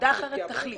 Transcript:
שוועדה אחרת תחליט.